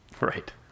Right